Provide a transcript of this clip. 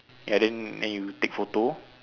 ya then then you take photo